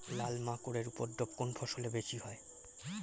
লাল মাকড় এর উপদ্রব কোন ফসলে বেশি হয়?